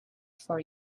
for